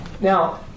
Now